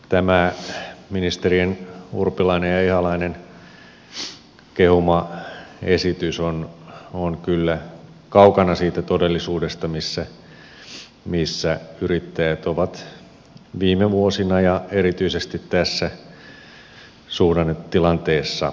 tämä ministerien urpilainen ja ihalainen kehuma esitys on kyllä kaukana siitä todellisuudesta missä yrittäjät ovat viime vuosina ja erityisesti tässä suhdannetilanteessa eläneet